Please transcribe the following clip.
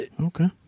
Okay